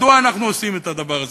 מדוע אנחנו עושים את הדבר הזה?